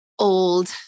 old